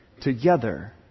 together